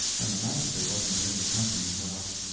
and the master wasn't any company for us,